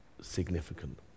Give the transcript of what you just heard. significant